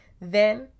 Then